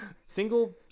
Single